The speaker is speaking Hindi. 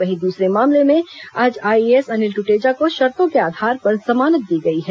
वहीं दूसरे मामले में आज आईएएस अनिल टुटेजा को शर्तों के आधार पर जमानत दी गई है